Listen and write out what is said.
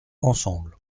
ensemble